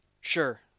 Sure